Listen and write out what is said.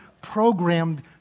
programmed